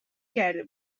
کرده